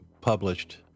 published